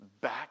back